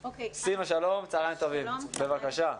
סימה, בבקשה.